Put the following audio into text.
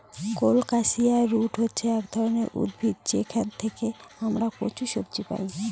colocasia root হচ্ছে এক ধরনের উদ্ভিদ যেখান থেকে আমরা কচু সবজি পাই